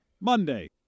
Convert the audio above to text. Monday